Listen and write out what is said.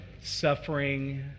suffering